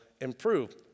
improve